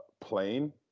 plane